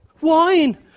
wine